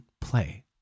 play